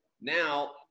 Now